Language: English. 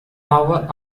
tower